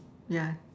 yeah